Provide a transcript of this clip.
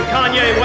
Kanye